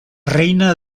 reina